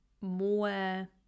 more